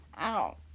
Ow